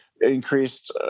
increased